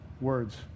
words